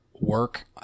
work